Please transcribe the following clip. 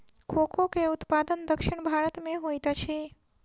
cocoa के उत्पादन दक्षिण भारत में होइत अछि